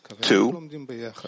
Two